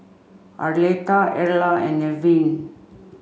Arletta Erla and Nevin